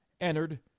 entered